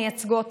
מייצגות.